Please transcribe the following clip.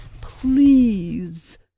Please